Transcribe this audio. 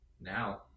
Now